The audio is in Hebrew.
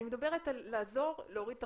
אני מדברת על לעזור להוריד תחלואה,